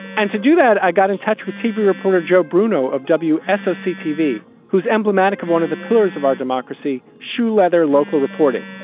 and to do that, i got in touch with tv reporter joe bruno of wsoc tv, who's emblematic of one of the pillars of our democracy. shoe leather, local reporting.